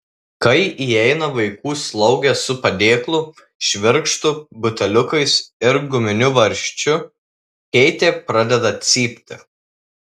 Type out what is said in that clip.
kai įeina vaikų slaugė su padėklu švirkštu buteliukais ir guminiu varžčiu keitė pradeda cypti